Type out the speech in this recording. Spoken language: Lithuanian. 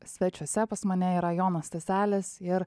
svečiuose pas mane yra jonas staselis ir